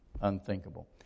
unthinkable